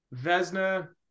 Vesna